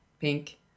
Pink